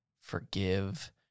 forgive